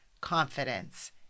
confidence